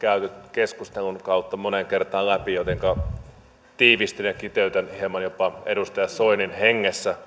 keskustelun kautta moneen kertaan läpi jotenka tiivistän ja kiteytän hieman jopa edustaja soinin hengessä